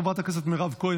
חברת הכנסת מירב כהן,